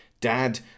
dad